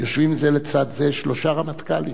יושבים זה לצד זה שלושה רמטכ"לים.